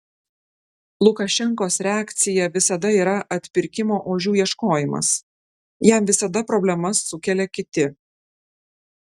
lukašenkos reakcija visada yra atpirkimo ožių ieškojimas jam visada problemas sukelia kiti